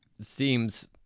seems